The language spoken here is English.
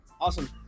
Awesome